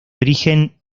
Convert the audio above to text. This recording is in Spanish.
origen